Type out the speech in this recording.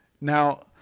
Now